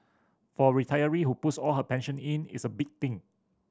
for a retiree who puts all her pension in it's a big thing